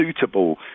suitable